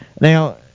Now